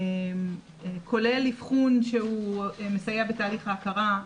כולל אבחון שהוא מסייע בתהליך ההכרה,